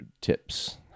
tips